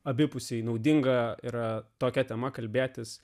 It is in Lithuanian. abipusiai naudinga yra tokia tema kalbėtis